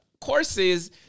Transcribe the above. Courses